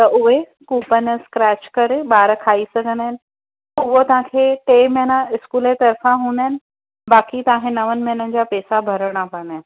त उहे coupon scratch करे ॿार खाई सघंदा आहिनि त उहे तव्हांखे टे महीना स्कूल जे तर्फ़ा हूंदा आहिनि बाक़ी तव्हांखे नव महीनिनि जा पेसा भरणा पवंदा आहिनि